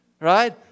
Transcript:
Right